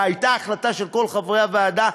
והייתה החלטה של חברי הוועדה,